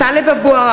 (קוראת בשמות חברי הכנסת) טלב אבו עראר,